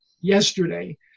yesterday